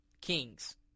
kings